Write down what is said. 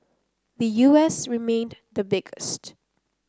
the U S remained the biggest